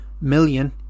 million